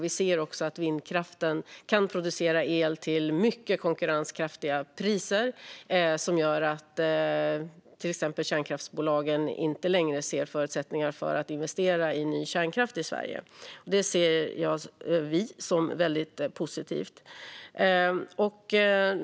Vi ser också att vindkraften kan producera el till mycket konkurrenskraftiga priser, vilket gör att till exempel kärnkraftsbolagen inte längre ser förutsättningar för att investera i ny kärnkraft i Sverige. Det ser vi som väldigt positivt.